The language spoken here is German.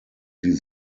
die